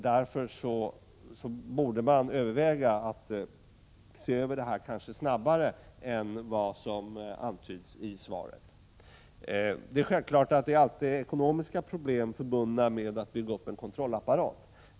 Därför borde man överväga att se över läget snabbare än som antyds i svaret. Det är självfallet alltid ekonomiska problem förbundna med att bygga upp en kontrollapparat.